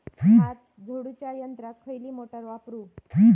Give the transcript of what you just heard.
भात झोडूच्या यंत्राक खयली मोटार वापरू?